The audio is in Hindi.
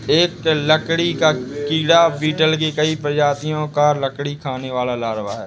एक लकड़ी का कीड़ा बीटल की कई प्रजातियों का लकड़ी खाने वाला लार्वा है